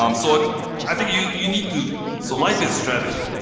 um so like um i think you, you need to, so life is strategy.